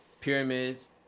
Pyramids